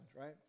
right